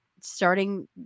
starting